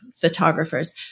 photographers